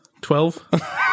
Twelve